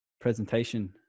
presentation